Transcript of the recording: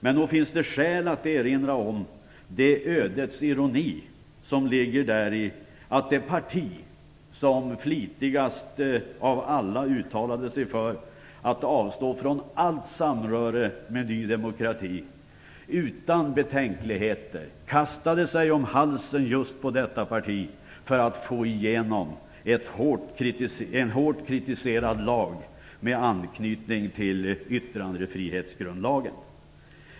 Men nog finns det skäl att erinra om det ödets ironi som ligger däri, att det parti som flitigast av alla uttalade sig för att avstå från allt samröre med Ny demokrati utan betänkligheter kastade sig om halsen på just detta parti för att få igenom en hårt kritiserad lag med anknytning till yttrandefrihetsgrundlagen.